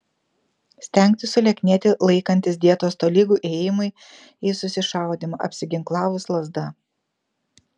stengtis sulieknėti laikantis dietos tolygu ėjimui į susišaudymą apsiginklavus lazda